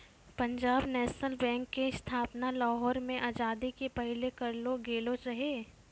Punjab national bank के स्थापना लाहौर मे आजादी के पहिले करलो गेलो रहै